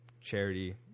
charity